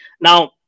Now